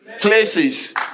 places